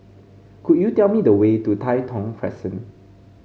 could you tell me the way to Tai Thong Crescent